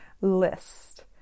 list